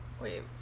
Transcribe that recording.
Wait